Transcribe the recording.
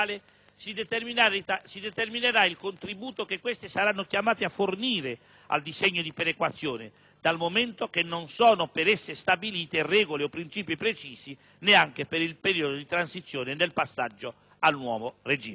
si determinerà il contributo che queste saranno chiamate a fornire al disegno di perequazione, dal momento che non sono per esse stabilite regole o principi precisi, neanche per il periodo di transizione nel passaggio al nuovo regime.